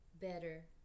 better